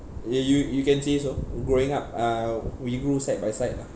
ya you you can say so growing up uh we grow side by side lah